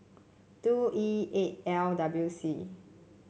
two E eight L W C